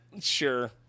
Sure